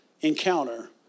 encounter